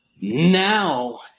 Now